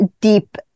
deep